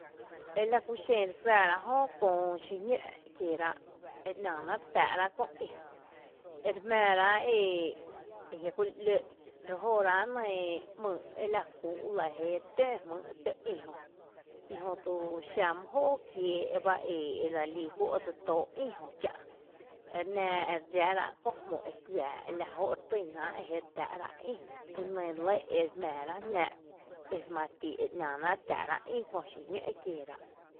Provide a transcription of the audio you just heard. Ela kúxen re juⱥⱥ’ rá jö köö xíñǿ’ kieeráa’ e nⱥⱥ náa’ re tⱥⱥ’ ráa’ köö ï ere jmⱥⱥ rá’ e jia’ kúli ‘l ǿǿ’ re jóráa’ köö ‘myy’ la kú’ lɇ jé re töö tǿ ï jö ijötu xa mý jóo kiee’ ba edse lí juó’ dse tóo’ ïjö kiä’ ere nⱥⱥ ere dxáará’ köö ‘mo e kuⱥⱥ lajóo’ retýnáa’ jé re tⱥⱥ’ ráa’ ï e nɇ lɇ e jmⱥⱥ rá’ jn jnⱥ’ emareti e nⱥⱥ náa’ ere tⱥⱥ rá’ ï köö xiñǿ’ kieeráa’.